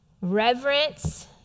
Reverence